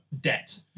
debt